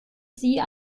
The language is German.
sie